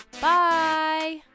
bye